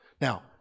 Now